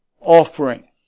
offering